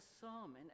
psalm